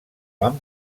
van